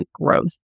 growth